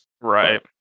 Right